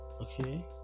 okay